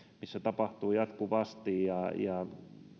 missä tapahtuu jatkuvasti ja ja